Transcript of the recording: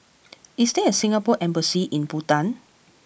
is there a Singapore Embassy in Bhutan